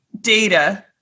data